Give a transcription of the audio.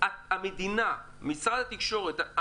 המדינה, משרד התקשורת,